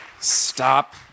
Stop